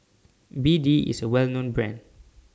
B D IS A Well known Brand